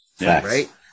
Right